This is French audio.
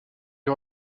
lui